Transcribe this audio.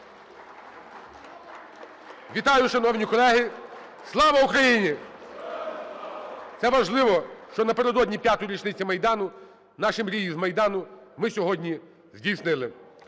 Вітаю, шановні колеги! Слава Україні! Це важливо, що напередодні п'ятої річниці Майдану наші мрії з Майдану ми сьогодні здійснили.